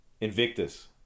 Invictus